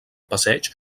passeig